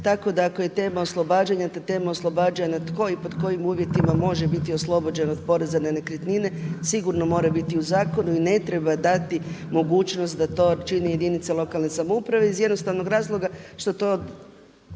tako da ako je tema oslobađanja da tema oslobađanja tko i pod kojim uvjetima može biti oslobođen od poreza na nekretnine, sigurno mora biti u zakonu i ne treba dati mogućnost da to čini jedinica lokalne samouprave iz jednostavnog razloga što to